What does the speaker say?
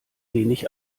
wenig